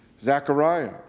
Zechariah